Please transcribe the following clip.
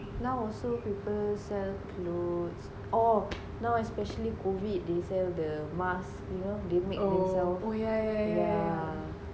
now also people sell clothes oh now especially COVID they sell the mask you know they make themselves yeah